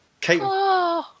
Kate